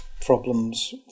problems